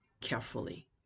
carefully